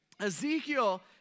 Ezekiel